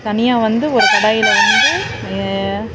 தனியாக வந்து ஒரு கடாயில் வந்து